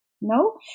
No